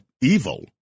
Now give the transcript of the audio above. evil